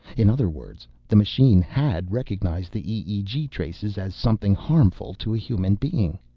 in other words, the machine had recognized the eeg traces as something harmful to a human being.